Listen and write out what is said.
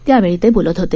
त्यावेळी ते बोलत होते